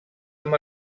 amb